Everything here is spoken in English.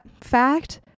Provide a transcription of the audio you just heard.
fact